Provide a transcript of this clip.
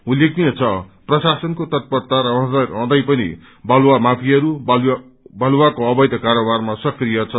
उल्लेखनीय छ प्रशासनको तत्परता रहँदा रहँदै पनि बालुवा माफियाहरू बालुवाको अवैध कारोबारमा सक्रिय छन्